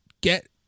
get